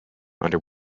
under